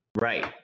Right